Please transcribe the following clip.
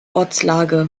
ortslage